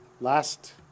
last